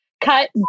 Cut